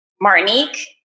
Martinique